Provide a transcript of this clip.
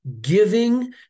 giving